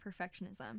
perfectionism